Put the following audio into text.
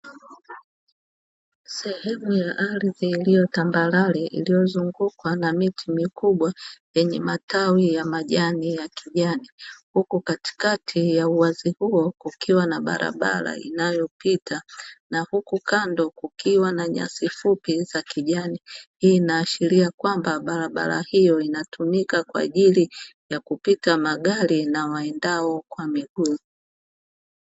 Sehemu ya ardhi iliyo tambarare iliyozungukwa na miti mikubwa yenye matawi ya majini ya kijani. Huku katikati ya uwazi huo kukiwa na barabara inayopita na huku kando kukiwa na nyasi fupi za kijani. Hii inaashiria kwamba barabara hiyo inatumika kwa ajili ya kupita magari na waendao kwa miguu.